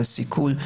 על סיכול.